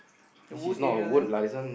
the wood area there